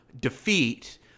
defeat